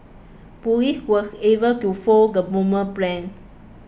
police was able to foil the bombers plans